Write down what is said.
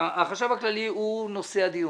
החשב הכללי הוא נושא הדיון.